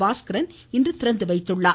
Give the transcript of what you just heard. பாஸ்கரன் இன்று திறந்துவைத்தார்